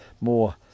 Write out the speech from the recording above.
more